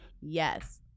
Yes